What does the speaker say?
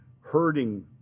hurting